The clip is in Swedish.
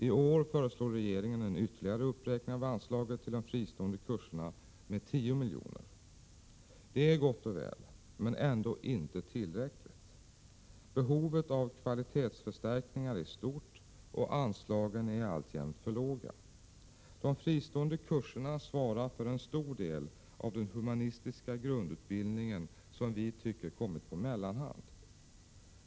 I år föreslår regeringen en ytterligare uppräkning av anslaget till de fristående kurserna med 10 miljoner. Det är gott och väl men ändå inte tillräckligt. Behovet av kvalitetsförstärkningar är stort och anslagen alltjämt för låga. De fristående kurserna svarar för en stor del av den humanistiska grundutbildningen, som vi tycker kommit på mellanhand.